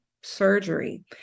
surgery